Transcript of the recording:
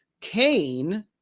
Cain